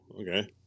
okay